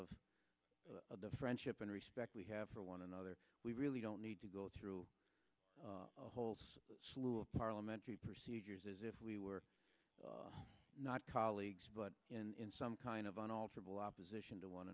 of the friendship and respect we have for one another we really don't need to go through a whole slew of parliamentary procedures as if we were not colleagues but in some kind of unalterable opposite to one